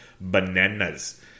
bananas